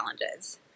challenges